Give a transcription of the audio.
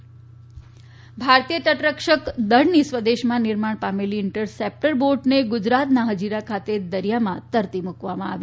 interceptor boat ભારતીય તટરક્ષકદળની સ્વદેશમાં નિર્માણ પામેલી ઇન્ટરસેપ્ટર બોટને ગુજરાતના ફજીરા ખાતે દરિયામાં તરતી મુકવામાં આવી